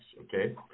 okay